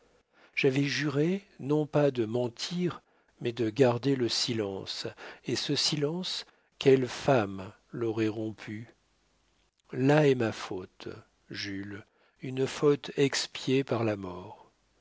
j'avais juré non pas de mentir mais de garder le silence et ce silence quelle femme l'aurait rompu là est ma faute jules une faute expiée par la mort